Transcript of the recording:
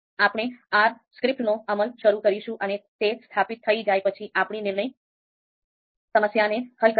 આપણે R સ્ક્રિપ્ટનો અમલ શરૂ કરીશું અને તે સ્થાપિત થઈ જાય પછી આપણી નિર્ણય સમસ્યાને હલ કરીશું